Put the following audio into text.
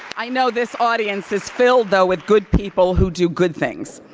i know this audience is filled though with good people who do good things.